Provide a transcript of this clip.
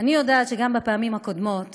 אני יודעת שגם בפעמים הקודמות